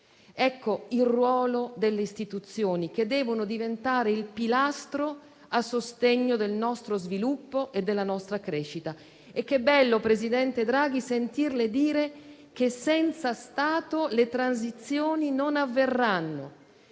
Ecco il ruolo delle istituzioni, che devono diventare il pilastro a sostegno del nostro sviluppo e della nostra crescita. E che bello, presidente Draghi, sentirle dire che senza Stato le transizioni non avverranno.